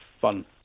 fun